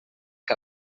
que